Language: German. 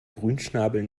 grünschnabel